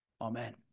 Amen